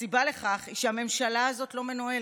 הסיבה לכך היא שהממשלה הזאת לא מנוהלת.